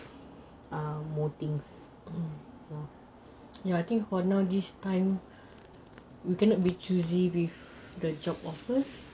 yes I think for now this time you cannot be choosy with the job offers